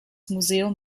museum